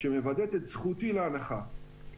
שמוודאת את זכותי להנחה.